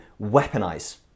weaponize